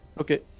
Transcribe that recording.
Okay